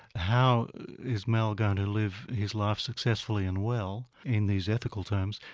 how is mel going to live his life successfully and well in these ethical terms,